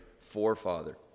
forefather